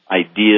ideas